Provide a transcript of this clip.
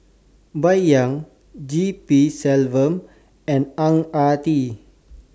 Bai Yan G P Selvam and Ang Ah Tee